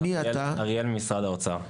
אריאל ממשרד האוצר.